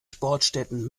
sportstätten